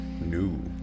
New